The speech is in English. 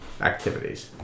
activities